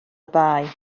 fai